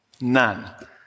None